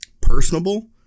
personable